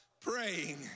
praying